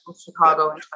Chicago